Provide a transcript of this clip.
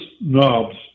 knobs